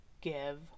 give